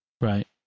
Right